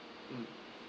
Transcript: mm